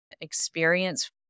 experience